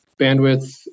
bandwidth